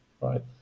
right